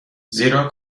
زیرا